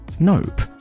Nope